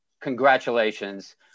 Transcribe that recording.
congratulations